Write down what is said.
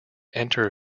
enter